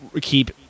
keep